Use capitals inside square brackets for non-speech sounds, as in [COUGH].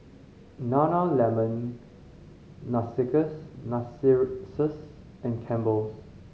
Nana Lemon [UNINTELLIGIBLE] Narcissus and Campbell's